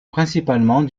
principalement